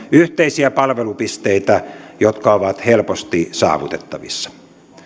yhteisiä palvelupisteitä jotka ovat helposti saavutettavissa